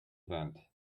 event